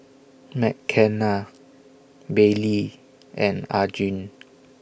Mckenna Baylee and Arjun